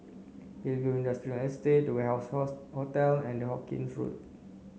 Hillview Industrial to Warehouse Hotel and Hawkinge Road